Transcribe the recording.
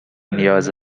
نیاز